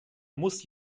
muss